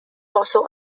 also